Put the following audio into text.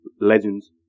legends